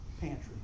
pantry